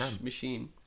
machine